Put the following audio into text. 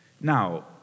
Now